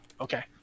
okay